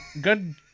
good